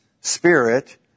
spirit